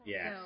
Yes